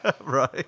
Right